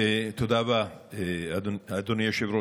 תודה רבה, אדוני היושב-ראש.